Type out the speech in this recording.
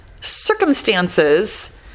circumstances